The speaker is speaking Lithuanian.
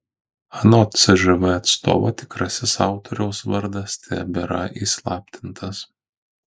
anot cžv atstovo tikrasis autoriaus vardas tebėra įslaptintas